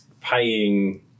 paying